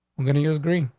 i'm gonna use green.